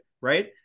right